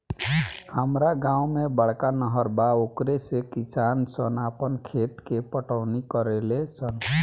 हामरा गांव में बड़का नहर बा ओकरे से किसान सन आपन खेत के पटवनी करेले सन